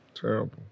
Terrible